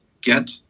get